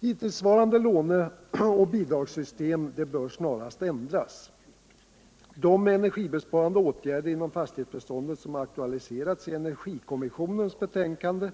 Hittillsvarande låne och bidragssystem bör snarast ändras. De energibesparande åtgärder inom fastighetsbeståndet som aktualiserats i energikommissionens betänkande